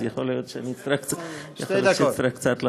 יכול להיות שאני אצטרך קצת לחרוג.